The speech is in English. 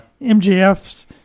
MGF's